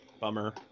Bummer